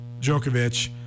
Djokovic